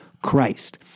Christ